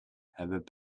hebben